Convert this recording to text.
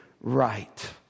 right